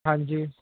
ਹਾਂਜੀ